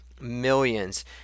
millions